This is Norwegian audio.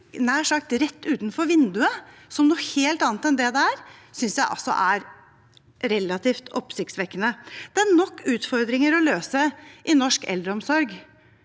rett utenfor vinduene som noe helt annet enn det det er, synes jeg altså er relativt oppsiktsvekkende. Det er nok utfordringer å løse i norsk eldreomsorg